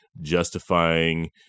justifying